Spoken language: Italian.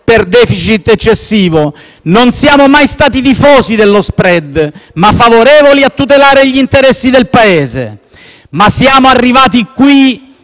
per *deficit* eccessivo. Non siamo mai stati tifosi dello *spread*, ma favorevoli a tutelare gli interessi del Paese. Siamo, però, arrivati